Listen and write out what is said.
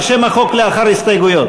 או על שם החוק לאחר הסתייגויות?